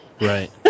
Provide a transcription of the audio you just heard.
Right